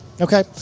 okay